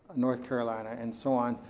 north carolina and so on.